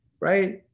right